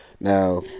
Now